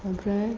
ओमफ्राय